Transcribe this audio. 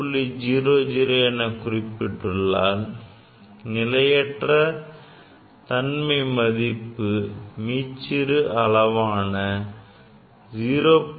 00 எனக் குறிப்பிட்டால் நிலையற்ற தன்மை மதிப்பு மீச்சிறு அளவான 0